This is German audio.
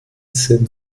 sind